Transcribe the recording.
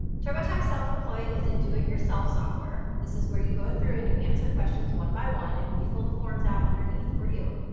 turbotax self-employed is a do it yourself software. this is where you go through and you answer questions one by one and we fill the forms out underneath for you.